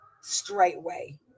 straightway